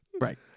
Right